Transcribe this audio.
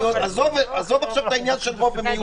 עזוב עכשיו את העניין של רוב ומיעוט,